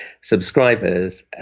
subscribers